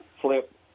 flip